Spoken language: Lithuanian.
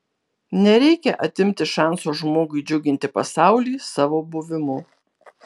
nereikia atimti šanso žmogui džiuginti pasaulį savo buvimu